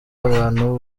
abantu